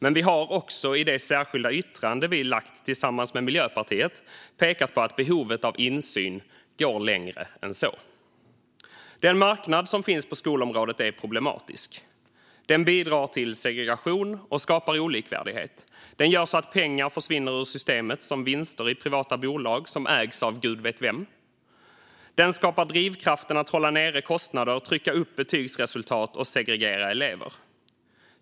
Men vi har också i det särskilda yttrande vi lämnat tillsammans med Miljöpartiet pekat på att behovet av insyn går längre än så. Den marknad som finns på skolområdet är problematisk. Den bidrar till segregation och skapar olikvärdighet. Den gör så att pengar försvinner ur systemet som vinster i privata bolag som ägs av gud vet vem. Den skapar drivkrafter att hålla nere kostnader, trycka upp betygsresultat och segregera elever.